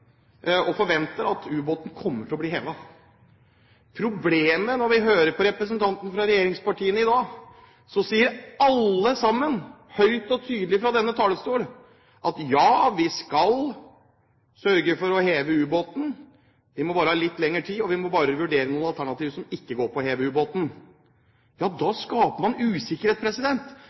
og forventer at ubåten kommer til å bli hevet. Når vi hører representantene fra regjeringspartiene i dag, sier alle sammen høyt og tydelig fra denne talerstol at, ja, vi skal sørge for å heve ubåten – vi må bare ha litt lengre tid, og vi må bare vurdere noen alternativ som ikke går på å heve ubåten. Da skaper man usikkerhet.